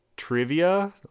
trivia